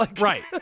Right